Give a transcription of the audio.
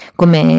come